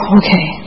okay